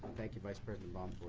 thank you but president